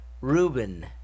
Ruben